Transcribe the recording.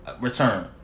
return